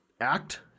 act